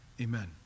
Amen